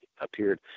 appeared